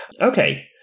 okay